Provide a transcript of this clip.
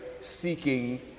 Seeking